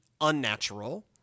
unnatural